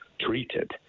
treated